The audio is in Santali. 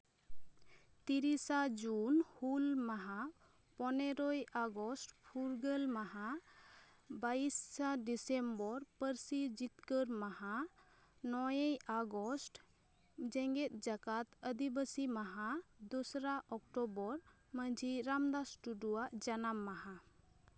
ᱛᱤᱨᱤᱥᱟ ᱡᱩᱱ ᱦᱩᱞ ᱢᱟᱦᱟ ᱯᱚᱱᱮᱨᱳᱭ ᱟᱜᱚᱥᱴ ᱯᱷᱩᱨᱜᱟᱹᱞ ᱢᱟᱦᱟ ᱵᱟᱭᱤᱥᱟ ᱰᱤᱥᱮᱢᱵᱚᱨ ᱯᱟᱹᱨᱥᱤ ᱡᱤᱛᱠᱟᱹᱨ ᱢᱟᱦᱟ ᱱᱚᱭᱮᱭ ᱟᱜᱚᱥᱴ ᱡᱮᱸᱜᱮᱛ ᱡᱟᱠᱟᱛ ᱟᱹᱫᱤᱵᱟᱹᱥᱤ ᱢᱟᱦᱟ ᱫᱩᱥᱨᱟ ᱚᱠᱴᱳᱵᱚᱨ ᱢᱟᱹᱡᱷᱤ ᱨᱟᱢᱫᱟᱥ ᱴᱩᱰᱩᱣᱟᱜ ᱡᱟᱱᱟᱢ ᱢᱟᱦᱟ